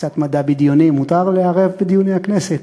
קצת מדע בדיוני מותר לערב בדיוני הכנסת?